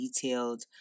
detailed